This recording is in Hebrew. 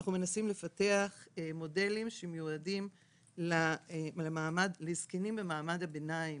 אנחנו מנסים לפתח מודלים שמיועדים לזקנים במעמד הביניים,